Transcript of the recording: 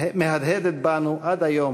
מהדהדת בנו עד היום,